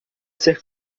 ser